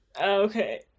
Okay